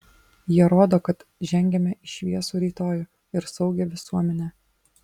jie rodo kad žengiame į šviesų rytojų ir saugią visuomenę